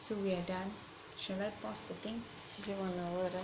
so we are done shall I pause the thing